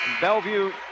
Bellevue